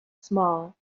small